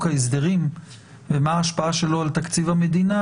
ההסדרים ומה ההשפעה שלו על תקציב המדינה,